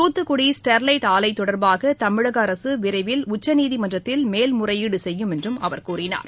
Thoothukudi Sterlite ஆலை தொடர்பாக தமிழக அரசு விரைவில் உச்சநீதிமன்றத்தில் மேல்முறையீடு செய்யும் என்றும் அவர் கூறினார்